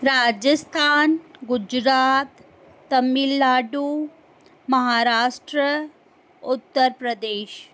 Rajasthan Gujarat Tamil Nadu Maharashtra Uttar Pradesh